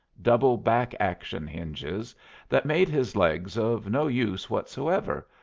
double-back-action hinges that made his legs of no use whatsoever,